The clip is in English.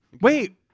wait